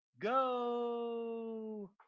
go